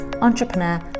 entrepreneur